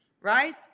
right